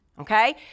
Okay